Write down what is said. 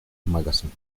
magazine